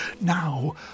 Now